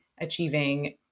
achieving